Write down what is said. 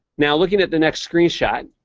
now, looking at the next screenshot,